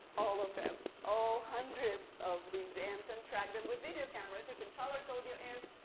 all of them. all hundreds of these ants. and track them with video cameras. you can color-code your ants.